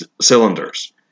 cylinders